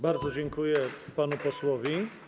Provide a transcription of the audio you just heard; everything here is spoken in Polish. Bardzo dziękuję panu posłowi.